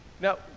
now